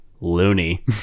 loony